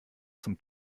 zum